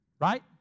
Right